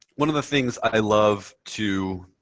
one of the things i love to